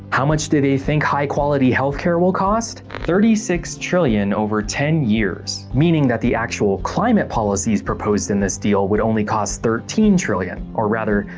how much do they think high-quality healthcare will cost? thirty six trillion over ten years. meaning that the actual climate policies proposed in this deal would only cost thirteen trillion, or rather,